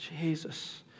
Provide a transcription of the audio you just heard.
Jesus